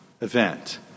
event